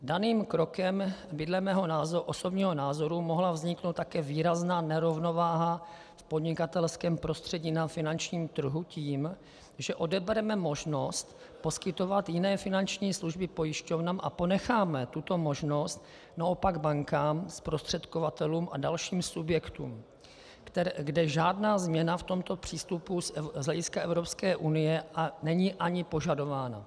Daným krokem by dle mého osobního názoru mohla vzniknout také výrazná nerovnováha v podnikatelském prostředí na finančním trhu tím, že odebereme možnost poskytovat jiné finanční služby pojišťovnám a ponecháme tuto možnost naopak bankám, zprostředkovatelům a dalším subjektům, kde žádná změna v tomto přístupu z hlediska Evropské unie není ani požadována.